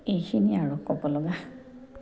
এইখিনি আৰু ক'ব লগা